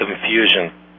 confusion